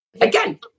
again